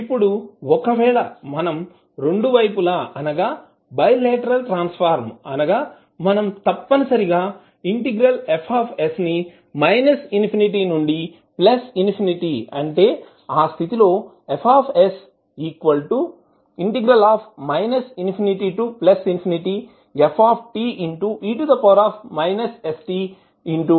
ఇప్పుడు ఒకవేళ మనం రెండు వైపులా అనగా బై లేటరల్ ట్రాన్సఫర్మ్ అనగా మనం తప్పనిసరిగా ఇంటిగ్రేట్ F ని మైనస్ ఇన్ఫినిటీ నుండి ప్లస్ ఇన్ఫినిటీ అని అంటే ఆ స్థితిలో అవుతుంది